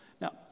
Now